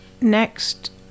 next